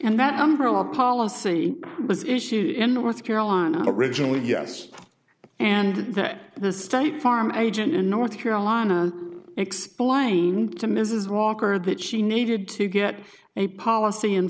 and that umbrella policy was issued in north carolina originally yes and that the state farm agent in north carolina explained to mrs walker that she needed to get a policy in